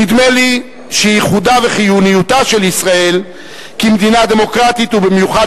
נדמה לי שייחודה וחיוניותה של ישראל כמדינה דמוקרטית ובמיוחד